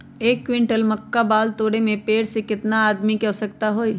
एक क्विंटल मक्का बाल तोरे में पेड़ से केतना आदमी के आवश्कता होई?